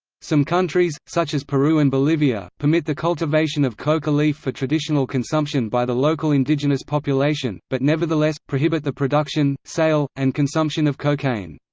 some countries, such as peru and bolivia, permit the cultivation of coca leaf for traditional consumption by the local indigenous population, but nevertheless, prohibit the production, sale, and consumption of cocaine.